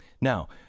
Now